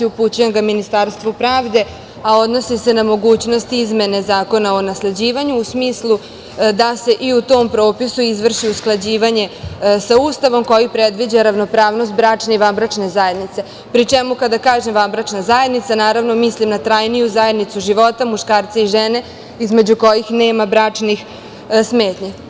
Upućujem ga Ministarstvu pravde, a odnosi se na mogućnost izmene Zakona o nasleđivanju u smislu da se i u tom propisu vrši usklađivanje sa Ustavom koji predviđa ravnopravnost bračne i vanbračne zajednice, pri čemu kada kažem vanbračna zajednica naravno mislim na trajniju zajednicu života muškarca i žene između kojih nema bračnih smetnji.